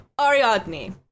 Ariadne